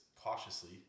cautiously